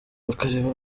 bakareba